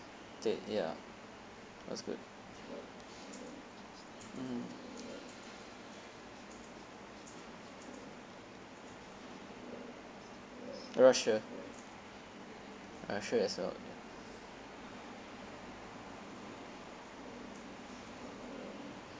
that ya it was good mm russia russia as out